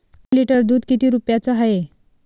दोन लिटर दुध किती रुप्याचं हाये?